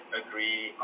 agree